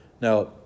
Now